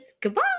Goodbye